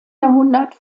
jahrhundert